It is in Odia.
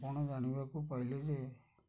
ଆପଣ ଜାଣିବାକୁ ପାଇଲେ ଯେ